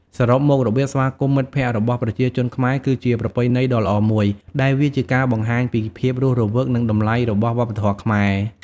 សរុបមក របៀបស្វាគមន៍មិត្តភក្តិរបស់ប្រជាជនខ្មែរគឺជាប្រពៃណីដ៏ល្អមួយ ដែលវាជាការបង្ហាញពីភាពរស់រវើកនិងតម្លៃរបស់វប្បធម៌ខ្មែរ។